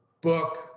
book